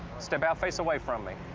step out. face away from me.